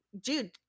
Dude